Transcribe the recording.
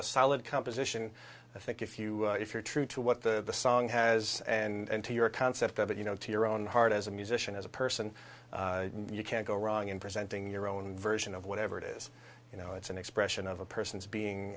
a solid composition i think if you if you're true to what the song has and to your concept of it you know to your own heart as a musician as a person you can't go wrong in presenting your own version of whatever it is you know it's an expression of a person's being